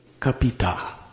kapita